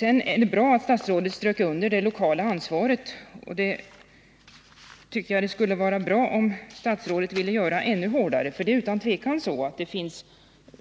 Det är utmärkt att statsrådet strök under det lokala ansvaret, men jag tycker det skulle vara bra om statsrådet ville göra detta ännu hårdare, eftersom det otvivelaktigt finns